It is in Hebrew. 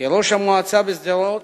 כראש המועצה בשדרות,